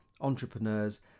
entrepreneurs